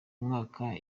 mwaka